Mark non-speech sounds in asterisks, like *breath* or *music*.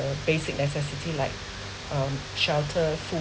the basic necessity like *breath* um shelter food